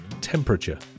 temperature